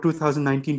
2019